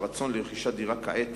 שהרצון לרכישת דירה כעת